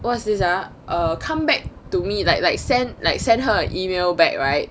what's this ah err come back to me like like send like send her email back right